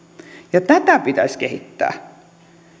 ja tätä pitäisi kehittää